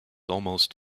almost